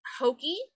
hokey